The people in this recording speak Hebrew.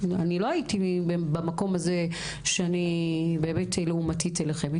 אני לא הייתי במקום הזה שאני באמת לעומתית אליכם,